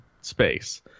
space